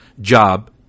job